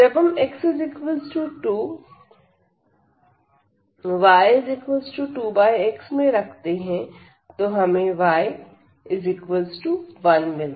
जब हम x2 y2 x में रखते हैं तो हमें y 1 मिलता है